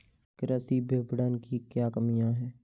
कृषि विपणन की क्या कमियाँ हैं?